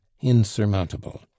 insurmountable